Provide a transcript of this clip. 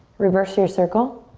reverse your circle.